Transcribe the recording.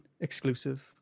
exclusive